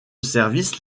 service